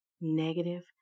negative